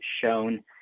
shown